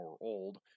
old